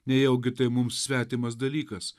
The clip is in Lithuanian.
nejaugi tai mums svetimas dalykas